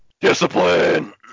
Discipline